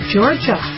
Georgia